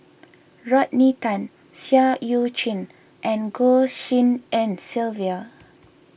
Rodney Tan Seah Eu Chin and Goh Tshin En Sylvia